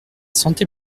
santé